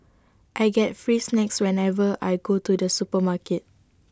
I get free snacks whenever I go to the supermarket